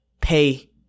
pay